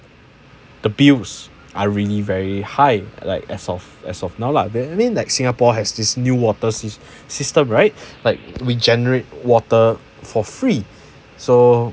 the bills are really very high like as of as of now lah that means that singapore has this newater sys~ system right like regenerate water for free so